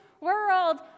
world